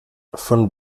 von